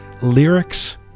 lyrics